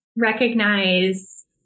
recognize